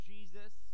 Jesus